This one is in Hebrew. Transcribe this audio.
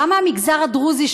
גם מהמגזר הדרוזי,